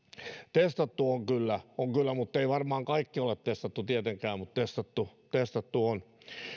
testattu on kyllä on kyllä muttei varmaan kaikkia ole testattu tietenkään mutta testattu testattu on